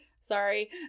Sorry